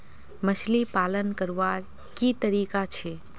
मछली पालन करवार की तरीका छे?